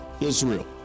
Israel